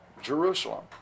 Jerusalem